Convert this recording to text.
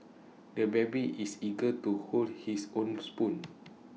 the baby is eager to hold his own spoon